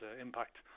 impact